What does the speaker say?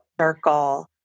circle